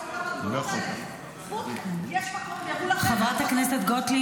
הראו לכם --- חברת הכנסת גוטליב,